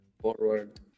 forward